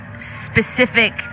specific